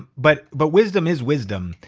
but but wisdom is wisdom.